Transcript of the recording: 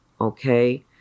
okay